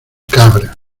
cabras